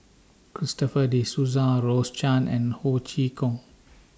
Christopher De Souza Rose Chan and Ho Chee Kong